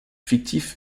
fictif